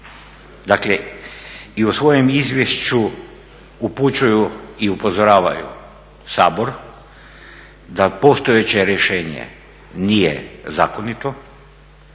dakle i u svojem izvješću upućuju i upozoravaju Sabor da postojeće rješenje nije zakonito,